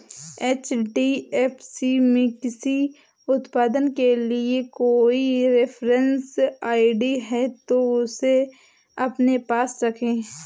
HDFC में किसी उत्पाद के लिए कोई रेफरेंस आई.डी है, तो उसे अपने पास रखें